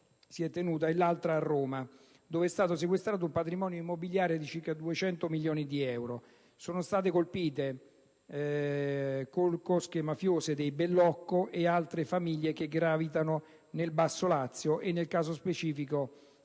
e a Roma, dove è stato sequestrato un patrimonio immobiliare valutato in circa 200 milioni di euro. Sono state colpite cosche mafiose dei Bellocco e di altre famiglie che gravitano nel basso Lazio e, nel caso specifico,